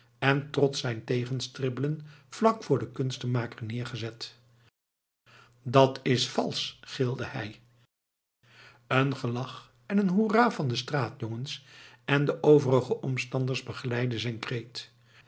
en trots zijn tegenstribbelen vlak voor den kunstenmaker neergezet dat's valsch gilde hij een gelach en een hoera van de straatjongens en de overige omstanders begeleidde zijn